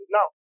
Now